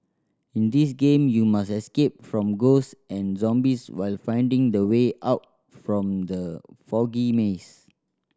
in this game you must escape from ghosts and zombies while finding the way out from the foggy maze